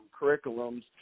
curriculums